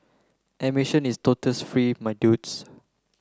admission is totes free my dudes